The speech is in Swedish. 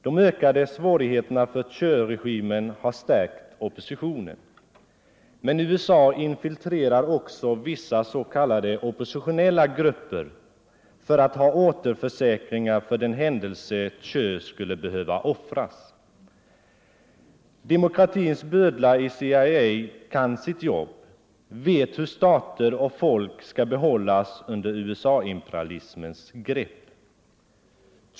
De ökade svårigheterna för Thieuregimen har stärkt oppositionen, men USA infiltrerar också vissa s.k. oppositionella grupper för att ha återförsäkringar för den händelse Thieu skulle behöva offras. Demokratins bödlar i CIA kan sitt jobb, vet hur stater och folk skall behållas under USA-imperialismens grepp.